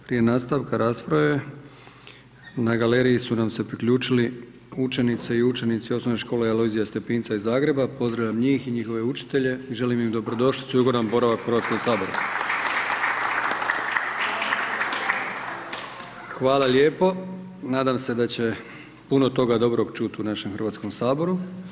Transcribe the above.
Prije nastavka rasprave na galeriji su nam se priključili učenice i učenici OŠ „Alojzija Stepinca“ iz Zagreba, pozdravljam njih i njihove učitelje i želim im dobrodošlicu i ugodan boravak u Hrvatskom saboru. Hvala lijepo, nadam se da će puno toga dobrog čuti u našem Hrvatskom saboru.